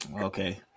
Okay